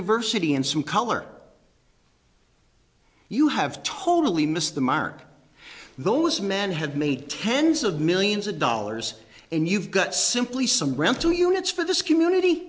diversity and some color you have totally missed the mark those men have made tens of millions of dollars and you've got simply some rental units for this community